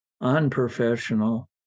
unprofessional